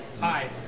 Hi